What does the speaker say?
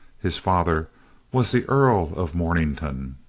his father was the earl of mornington,